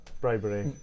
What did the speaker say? bribery